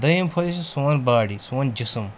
دٔیِم فٲیدٕ چھُ سون باڈی سون جسٕم